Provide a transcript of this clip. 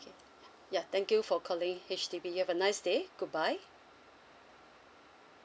ya thank you for calling H_D_B you have a nice day goodbye